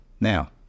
Now